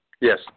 Yes